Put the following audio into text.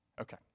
Okay